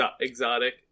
exotic